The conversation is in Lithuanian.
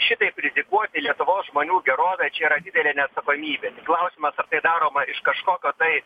šitaip kritikuoti lietuvos žmonių gerovę čia yra didelė neatsakomybė klausimas ar tai daroma iš kažkokio tai